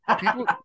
people